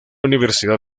universidad